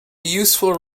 useful